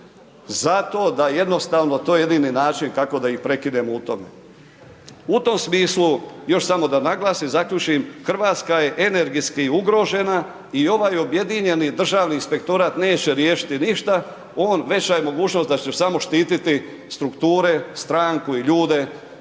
Zato da jednostavno to je jedini način da ih prekinemo u tome, u tom smislu još samo da naglasim, zaključim, RH je energetski ugrožena i ovaj objedinjeni Državni inspektorat neće riješiti ništa, on, veća je mogućnost da će samo štititi strukture, stranku i ljude